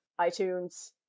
itunes